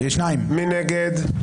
מי נגד?